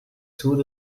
through